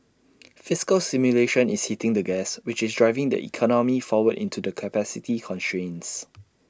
fiscal stimulation is hitting the gas which is driving the economy forward into the capacity constraints